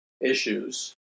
issues